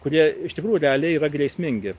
kurie iš tikrųjų realiai yra grėsmingi